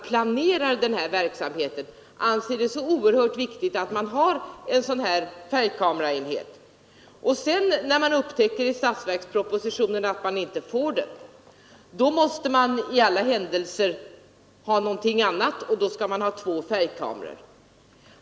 Först anser kommittén det vara oerhört viktigt att ha en mobil färgkamerautrustning, men när den upptäcker i statsverkspropositionen att den inte får någon sådan, då måste den i alla händelser ha någonting annat, och då skall det vara två kameror.